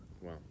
Wow